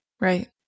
Right